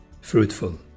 fruitful